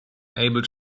able